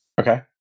Okay